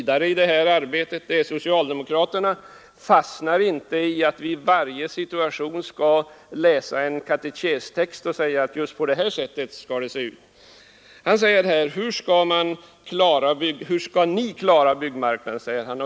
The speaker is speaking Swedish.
Där är de i dag; längre har de aldrig kommit i detta sammanhang.